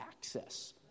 access